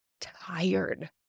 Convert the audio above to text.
tired